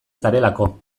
zarelako